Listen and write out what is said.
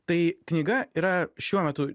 tai knyga yra šiuo metu